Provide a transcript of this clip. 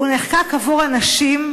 הוא נחקק עבור הנשים,